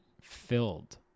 filled